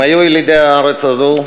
הם היו ילידי הארץ הזו,